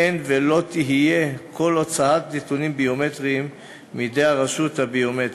אין ולא תהיה כל הוצאת נתונים ביומטריים מידי הרשות הביומטרית.